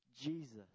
Jesus